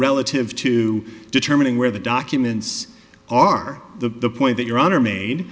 relative to determining where the documents are the point that your honor made